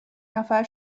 نفر